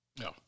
No